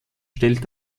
stellt